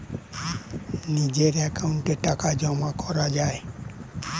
নিজের অ্যাকাউন্টে টাকা জমা করা যায়